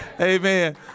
Amen